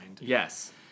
Yes